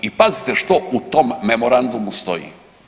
I pazite što u tom Memorandumu stoji.